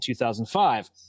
2005